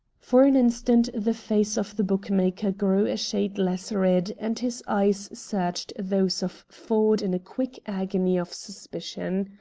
for an instant the face of the bookmaker grew a shade less red and his eyes searched those of ford in a quick agony of suspicion.